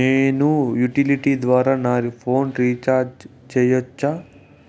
నేను యుటిలిటీ ద్వారా నా ఫోను రీచార్జి సేయొచ్చా?